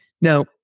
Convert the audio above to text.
Now